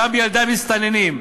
גם ילדי המסתננים.